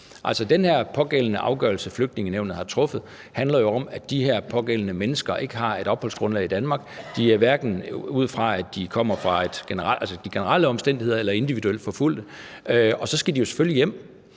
Den pågældende afgørelse, som Flygtningenævnet har truffet, handler om, at de her pågældende mennesker ikke har et opholdsgrundlag i Danmark – hverken ud fra de generelle omstændigheder eller ud fra, om de er individuelt forfulgte – og så skal de selvfølgelig hjem.